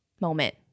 moment